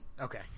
okay